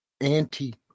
anti